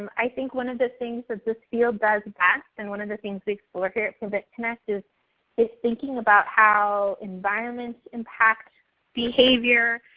i think one of the things that this field does best and one of the things we explore here at prevent connect is this thinking about how environments impact behavior,